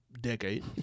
decade